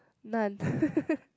none